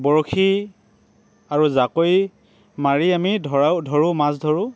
বৰশী আৰু জাকৈ মাৰি আমি ধৰাও ধৰোঁ মাছ ধৰোঁ